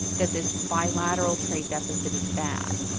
that this bilateral trade deficit is bad.